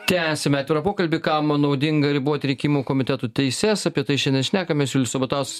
tęsiame pokalbį kam naudinga riboti rinkimų komitetų teises apie tai šiandien šnekamės julius sabatauskas